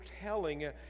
telling